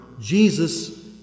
Jesus